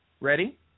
ready